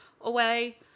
away